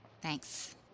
Thanks